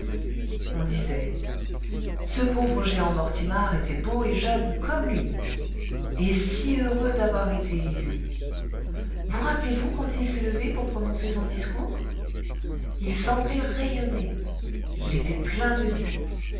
on disait ce pauvre jehan mortimar était beau et jeune comme lui et si heureux d'avoir été élu vous rappelez-vous quand il s'est levé pour prononcer son discours il semblait rayonner il était plein de vie